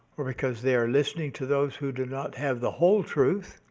or because they are listening to those who do not have the whole truth,